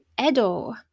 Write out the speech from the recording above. Edo